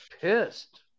pissed